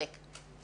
צוהריים טובים.